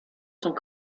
sont